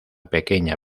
pequeña